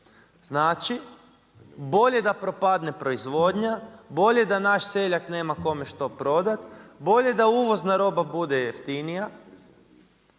Znači bolje da propadne proizvodnja, bolje da naš seljak nema kome što prodati, bolje da uvozna roba bude jeftinija,